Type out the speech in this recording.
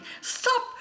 Stop